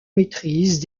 maîtrise